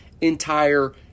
entire